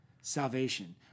salvation